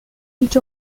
گیج